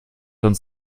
uns